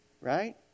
right